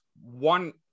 one